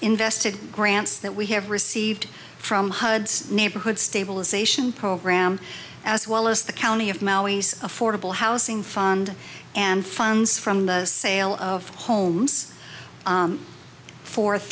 invested grants that we have received from hudson neighborhood stabilization program as well as the county of affordable housing fund and funds from the sale of homes